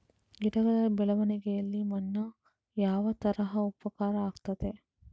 ಗಿಡಗಳ ಬೆಳವಣಿಗೆಯಲ್ಲಿ ಮಣ್ಣು ಯಾವ ತರ ಉಪಕಾರ ಆಗ್ತದೆ?